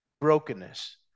brokenness